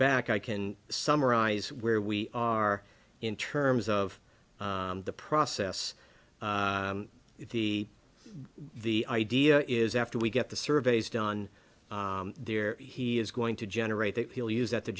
back i can summarize where we are in terms of the process the the idea is after we get the surveys done there he is going to generate that he'll use that to